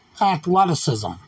athleticism